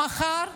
מחר,